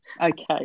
Okay